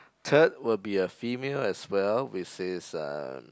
third will be a female as well which is uh